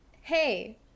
Hey